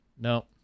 No